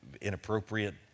inappropriate